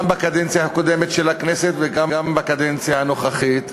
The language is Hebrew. גם בקדנציה הקודמת של הכנסת וגם בקדנציה הנוכחית,